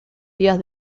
días